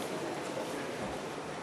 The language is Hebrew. נתקבלו.